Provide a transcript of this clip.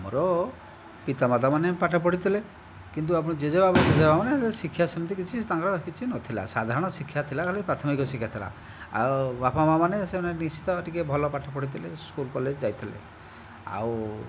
ଆମର ପିତାମାତା ମାନେ ପାଠ ପଢ଼ିଥିଲେ କିନ୍ତୁ ଆମର ଜେଜେବାପା ଜେଜେମା' ମାନେ ଶିକ୍ଷା ସେମିତି କିଛି ତାଙ୍କର କିଛି ନ ଥିଲା ସାଧାରଣ ଶିକ୍ଷା ଥିଲା ଖାଲି ପ୍ରାଥମିକ ଶିକ୍ଷା ଥିଲା ଆଉ ବାପା ମା' ମାନେ ସେମାନେ ନିଶ୍ଚିତ ଟିକିଏ ଭଲ ପାଠ ପଢ଼ିଥିଲେ ସ୍କୁଲ କଲେଜ ଯାଇଥିଲେ ଆଉ